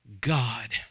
God